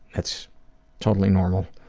that's totally normal.